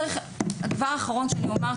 הדבר האחרון שאני אומר.